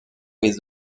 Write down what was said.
with